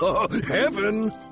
heaven